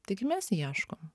taigi mes ieškom